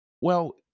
Well-